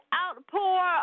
outpour